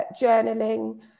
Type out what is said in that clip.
journaling